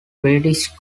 british